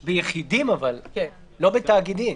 אבל ביחידים, לא בתאגידים.